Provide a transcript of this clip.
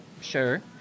sure